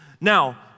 Now